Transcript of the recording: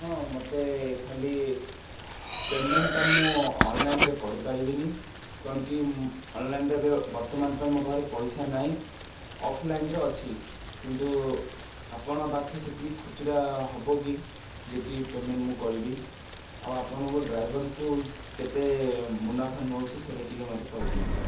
ହଁ ମତେ ଖାଲି ପେମେଣ୍ଟ୍ଟା ମୁଁ ଅନ୍ଲାଇନ୍ରେ କରିପାରିବିନି କ'ଣ କି ଅନ୍ଲାଇନ୍ରେ ଏବେ ବର୍ତ୍ତମାନ ପାଇଁ ମୋ ପାଖରେ ପଇସା ନାଇଁ ଅଫ୍ଲାଇନ୍ରେ ଅଛି କିନ୍ତୁ ଆପଣଙ୍କ ପାଖେ ସେତିକି ଖୁଚୁରା ହେବ କି ଯେତିି ପେମେଣ୍ଟ ମୁଁ କରିବି ଆଉ ଆପଣଙ୍କ ଡ୍ରାଇଭର୍କୁ କେତେ ମୁନାଫା ନେଉଛି ସେଇଟା ଟିକେ ମୋତେ କହିଦିଅନ୍ତୁ